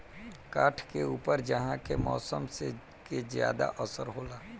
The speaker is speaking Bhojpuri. काठ के ऊपर उहाँ के मौसम के ज्यादा असर होला